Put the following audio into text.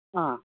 आम्